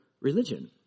religion